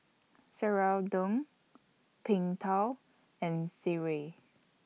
Serunding Png Tao and Sireh